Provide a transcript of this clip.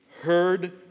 heard